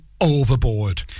overboard